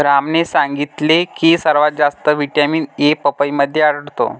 रामने सांगितले की सर्वात जास्त व्हिटॅमिन ए पपईमध्ये आढळतो